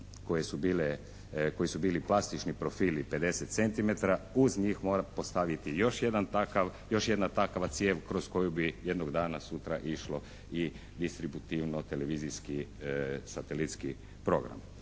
koje su bili plastični profili 50 cm, uz njih mora postaviti još jedna takva cijev kroz koju bi jednog dana, sutra išlo i distributivno televizijski, satelitski program.